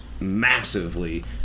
massively